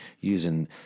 using